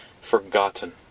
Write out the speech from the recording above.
forgotten